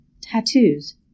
tattoos